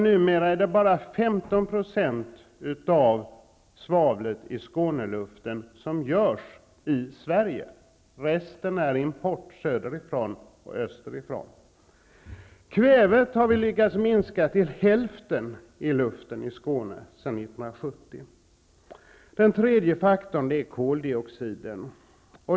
Numera är det bara 15 % av svavlet i Skåneluften som kommer från Sverige, resten är import söderifrån och österifrån. Vi har också lyckats minska kvävet i luften i Skåne till hälften sedan 1970. Den tredje faktorn är koldioxiden.